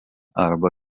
arba